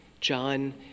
John